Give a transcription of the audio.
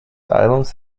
albums